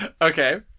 Okay